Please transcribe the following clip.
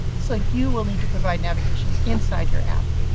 so you will need to provide navigation inside your app.